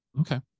Okay